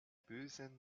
bösen